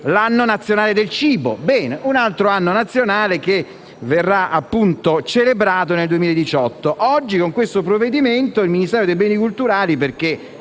l'anno nazionale del cibo: bene, un altro anno nazionale che verrà celebrato nel 2018. Oggi, con questo provvedimento, il Ministero dei beni e delle